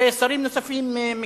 ושרים נוספים מכירים.